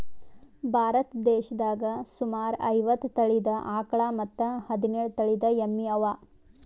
ಭಾರತ್ ದೇಶದಾಗ್ ಸುಮಾರ್ ಐವತ್ತ್ ತಳೀದ ಆಕಳ್ ಮತ್ತ್ ಹದಿನೇಳು ತಳಿದ್ ಎಮ್ಮಿ ಅವಾ